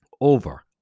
over